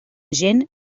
gent